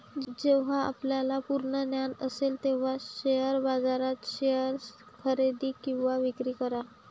जेव्हा आपल्याला पूर्ण ज्ञान असेल तेव्हाच शेअर बाजारात शेअर्स खरेदी किंवा विक्री करा